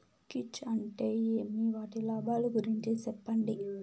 కీచ్ అంటే ఏమి? వాటి లాభాలు గురించి సెప్పండి?